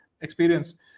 experience